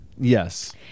Yes